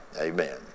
Amen